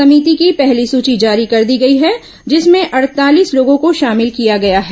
समिति की पहली सूची जारी कर दी गई है जिसमें अड़तालीस लोगों को शामिल किया गया है